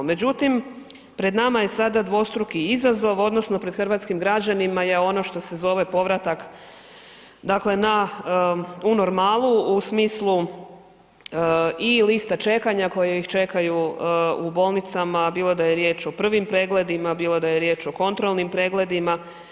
Međutim, pred nama je sada dvostruki izazov odnosno pred hrvatskim građanima je ono što se zove povratak dakle na, u normalu u smislu i lista čekanja koje ih čekaju u bolnicama bilo da riječ o prvim pregledima, bilo da je riječ o kontrolnim pregledima.